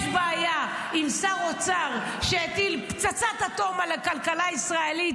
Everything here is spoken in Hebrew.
יש בעיה עם שר אוצר שהטיל פצצת אטום על הכלכלה הישראלית,